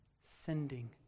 sending